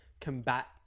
combat